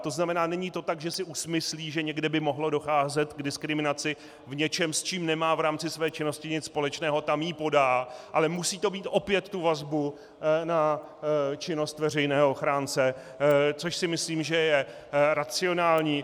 To znamená, není to tak, že si usmyslí, že někde by mohlo docházet k diskriminaci v něčem, s čím nemá v rámci své činnosti nic společného, tam ji podá, ale musí to mít opět vazbu na činnost veřejného ochránce, což si myslím, že je racionální.